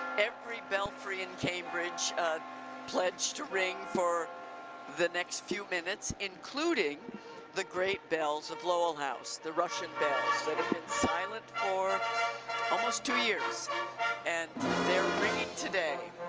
every belfry in cambridge pledged to ring for the next few minutes including the great bells of lowell house, the russian bells, they've sort of been silent for almost two years and they're ringing today.